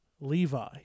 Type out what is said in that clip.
Levi